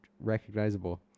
recognizable